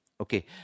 okay